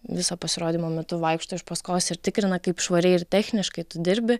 viso pasirodymo metu vaikšto iš paskos ir tikrina kaip švariai ir techniškai tu dirbi